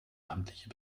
amtliche